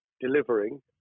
delivering